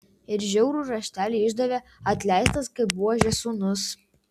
ir žiaurų raštelį išdavė atleistas kaip buožės sūnus